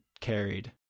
carried